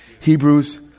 Hebrews